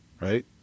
Right